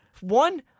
One